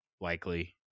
likely